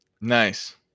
Nice